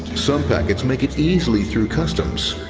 some packets make it easily through customs,